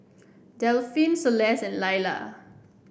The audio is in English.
Delphin Celeste and Lilla